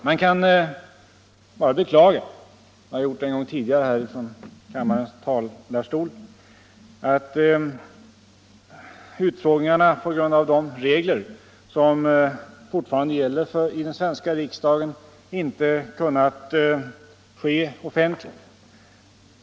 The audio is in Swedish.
Man kan bara beklaga — jag har gjort det en gång tidigare från kammarens talarstol — att utfrågningarna, på grund av de regler som fortfarande gäller i den svenska riksdagen, inte kunnat ske offentligt.